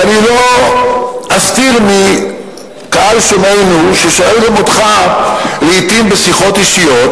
ואני לא אסתיר מקהל שומעינו ששואל גם אותך לעתים בשיחות אישיות: